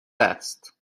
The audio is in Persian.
است